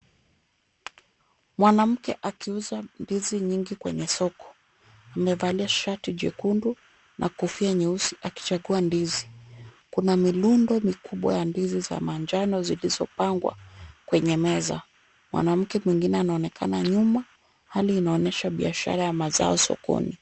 Mwanamke akiuza ndizi nyingi kwenye soko, amevalia shati jekundu na kofia nyeusi akichagua ndizi. Kuna mirundo mikubwa ya ndizi za manjano zilizopangwa kwenye meza. Mwanamke mwingine anaonekana nyuma. Hali inaonyesha biashara ya mazao sokoni.